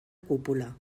cúpula